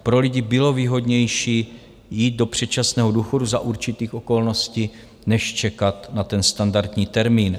Pro lidi bylo výhodnější jít do předčasného důchodu za určitých okolností než čekat na ten standardní termín.